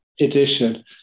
edition